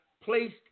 placed